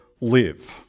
live